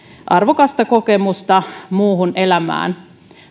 arvokasta kokemusta muuhun elämään